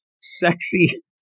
sexy